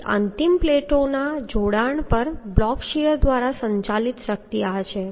તેથી પ્લેટોના અંતિમ જોડાણ પર બ્લોક શીયર દ્વારા સંચાલિત શક્તિ આ છે